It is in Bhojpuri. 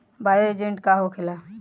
बायो एजेंट का होखेला?